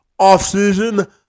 offseason